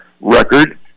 record